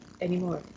anymore